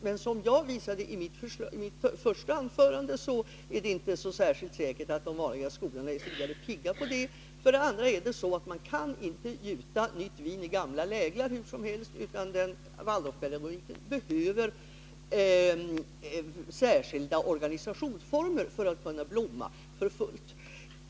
Men som jag visade i mitt första anförande, är det inte säkert att de vanliga skolorna är så särskilt pigga på det. Sedan är det så att man kan inte gjuta nytt vin i gamla läglar hur som helst. Waldorfpedagogiken behöver särskilda organisationsformer för att kunna blomma för fullt.